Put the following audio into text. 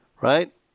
right